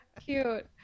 Cute